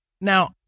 now